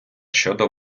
щодо